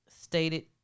stated